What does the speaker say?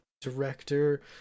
director